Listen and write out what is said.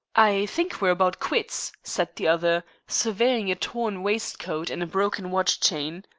i think we're about quits, said the other, surveying a torn waistcoat and broken watch-chain.